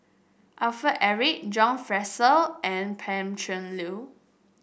Alfred Eric John Fraser and Pan Cheng Lui